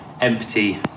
empty